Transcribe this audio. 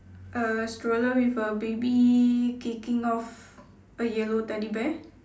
a stroller with a baby kicking off a yellow teddy bear